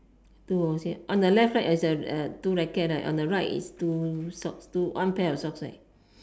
two okay on the left side is a two racket right on the right is two socks two one pair of socks right